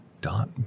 dot